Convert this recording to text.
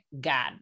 God